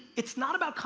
it's not about,